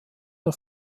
der